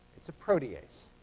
it's a protease.